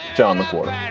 john, the